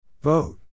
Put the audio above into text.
Vote